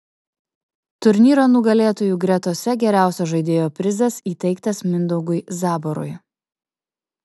turnyro nugalėtojų gretose geriausio žaidėjo prizas įteiktas mindaugui zaborui